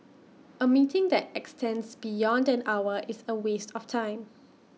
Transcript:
A meeting that extends beyond an hour is A waste of time